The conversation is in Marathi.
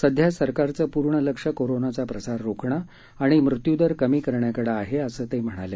सध्या सरकारचं पूर्ण लक्ष कोरोनाचा प्रसार रोखणं आणि मृत्यूदर कमी करण्याकडे आहे असं ते म्हणाले